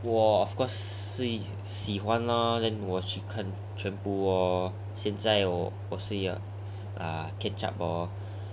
我 of course 是喜欢 loh then 我去看全部 loh 现在 ah 我是要